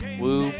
woo